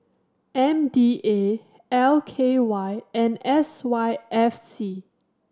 M D A L K Y and S Y F C